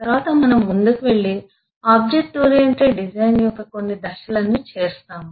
తర్వాత మనము ముందుకు వెళ్లి ఆబ్జెక్ట్ ఓరియెంటెడ్ డిజైన్ యొక్క కొన్ని దశలను చేస్తాము